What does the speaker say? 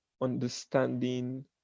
understanding